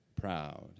proud